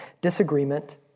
Disagreement